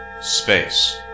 Space